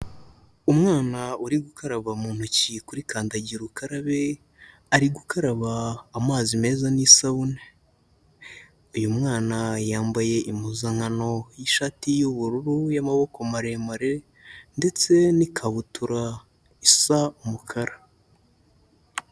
Umwana uri gukaraba mu ntoki kuri kandagira ukarabe ari gukaraba amazi meza n'isabune, uyu mwana yambaye impuzankano y'ishati y'ubururu y'amaboko maremare ndetse n'ikabutura isa umukara.